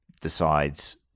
decides